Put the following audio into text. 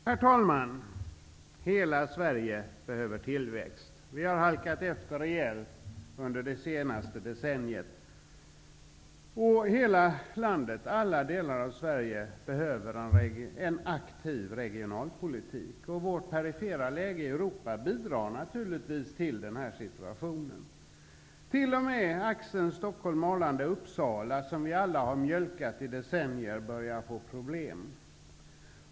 Herr talman! Hela Sverige behöver tillväxt. Vi har halkat efter rejält under det senaste decenniet. Hela landet, alla delar av Sverige, behöver en aktiv regionalpolitik. Vårt perifera läge i Europa bidrar naturligtvis till den här situationen. T.o.m. i axeln Stockholm--Arlanda--Uppsala, som vi alla i decennier har mjölkat, börjar man få problem.